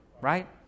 right